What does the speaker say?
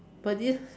but this